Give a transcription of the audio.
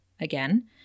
again